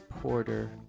Porter